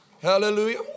Hallelujah